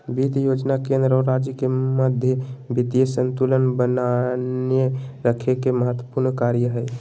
वित्त योजना केंद्र और राज्य के मध्य वित्तीय संतुलन बनाए रखे के महत्त्वपूर्ण कार्य हइ